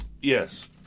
Yes